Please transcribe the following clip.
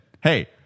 Hey